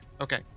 Okay